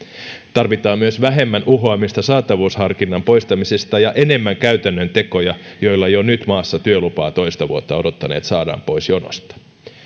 tarvitaan myös vähemmän uhoamista saatavuusharkinnan poistamisesta ja enemmän käytännön tekoja joilla jo nyt maassa työlupaa toista vuotta odottaneet saadaan pois jonosta